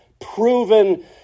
proven